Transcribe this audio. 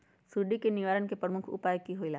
सुडी के निवारण के प्रमुख उपाय कि होइला?